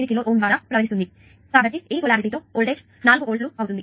8 kilo ohm ద్వారా ప్రవహిస్తుంది కాబట్టి ఈ పొలారిటీ తో వోల్టేజ్ 4 వోల్ట్లు ఉంటుంది